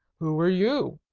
who are you?